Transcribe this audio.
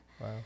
Wow